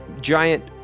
giant